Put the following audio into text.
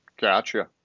Gotcha